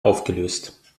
aufgelöst